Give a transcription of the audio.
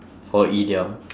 for idiom